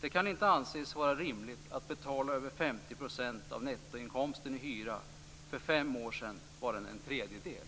Det kan inte anses vara rimligt att betala över 50 % av nettoinkomsten i hyra. För fem år sedan var den en tredjedel."